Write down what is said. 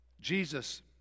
Jesus